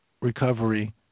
recovery